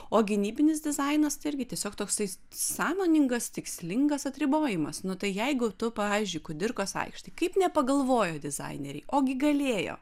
o gynybinis dizainas tai irgi tiesiog toksai sąmoningas tikslingas atribojimas nu tai jeigu tu pavyzdžiui kudirkos aikštėj kaip nepagalvojo dizaineriai o gi galėjo